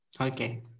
okay